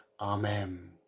Amen